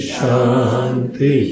Shanti